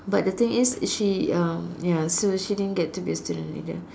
but the thing is is she uh ya so she didn't get to be a student leader